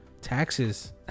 Taxes